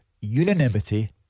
Unanimity